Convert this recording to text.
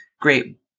great